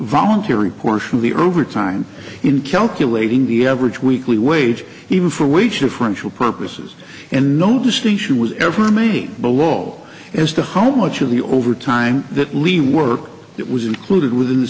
voluntary portion of the earlier time in calculating the average weekly wage even for wage inferential purposes and no distinction was ever made below as to ho much of the over time that lee work that was included within